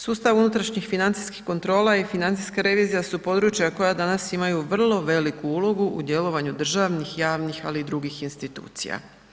Sustav unutrašnjih financijskih kontrola i financijska revizija su područja koja danas imaju vrlo veliku ulogu u djelovanju državnih, javnih ali i drugih institucija.